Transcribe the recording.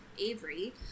Avery